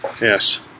yes